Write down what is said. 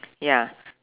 ya